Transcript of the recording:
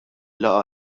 laqgħa